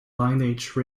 lineage